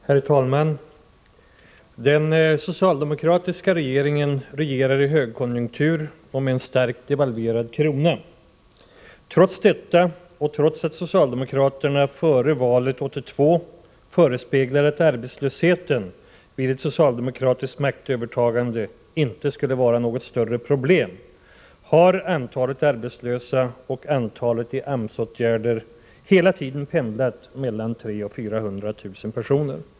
Herr talman! Den socialdemokratiska regeringen regerar i högkonjunktur och med en starkt devalverad krona. Trots detta — och trots att socialdemokraterna före valet 1982 förespeglade att arbetslösheten vid ett socialdemokratiskt maktövertagande inte skulle vara något större problem — har antalet arbetslösa och antalet människor som är föremål för AMS-åtgärder hela tiden pendlat mellan 300 000 och 400 000.